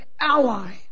ally